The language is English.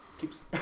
Keeps